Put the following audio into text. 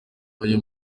ayo